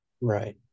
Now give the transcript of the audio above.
right